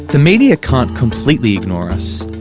the media can't completely ignore us.